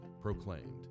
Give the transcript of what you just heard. proclaimed